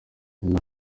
nina